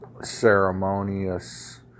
ceremonious